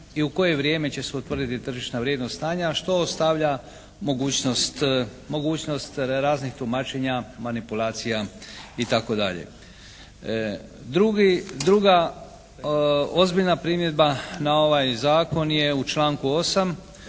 i u koje vrijeme će se utvrditi tržišna vrijednost stana, što ostavlja mogućnost raznih tumačenja, manipulacija itd.? Druga ozbiljna primjedba na ovaj zakon je u članku 8.